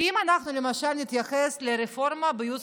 כי אם אנחנו למשל נתייחס לרפורמה בייעוץ